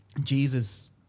Jesus